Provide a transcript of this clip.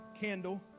candle